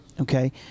Okay